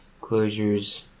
closures